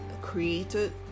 created